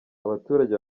abaturage